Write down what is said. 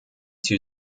two